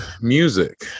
music